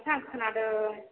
माथो आं खोनादों